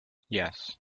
yes